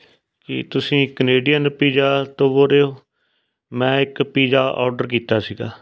ਕੀ ਤੁਸੀਂ Canadian pizza ਤੋਂ ਬੋਲ ਰਹੇ ਹੋ ਮੈਂ ਇੱਕ ਪੀਜ਼ਾ ਔਡਰ ਕੀਤਾ ਸੀਗਾ